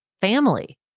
family